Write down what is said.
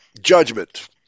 judgment